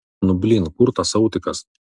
nu blyn kur tas autikas